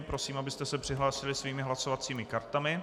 Prosím, abyste se přihlásili svými hlasovacími kartami.